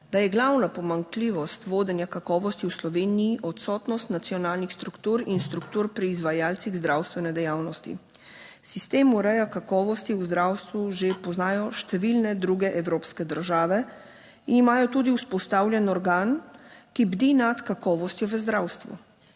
da je glavna pomanjkljivost vodenja kakovosti v Sloveniji odsotnost nacionalnih struktur in struktur pri izvajalcih zdravstvene dejavnosti. Sistem urejanja kakovosti v zdravstvu že poznajo številne druge evropske države in imajo tudi vzpostavljen organ, ki bdi nad kakovostjo v zdravstvu.